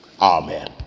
Amen